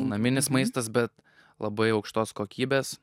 naminis maistas bet labai aukštos kokybės